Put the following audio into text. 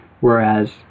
whereas